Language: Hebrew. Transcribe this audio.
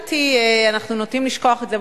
אנחנו נוטים לשכוח את זה,